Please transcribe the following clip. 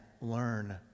learn